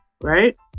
right